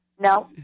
No